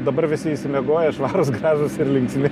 dabar visi išsimiegoję švarūs gražūs ir linksmi